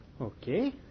Okay